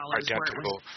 identical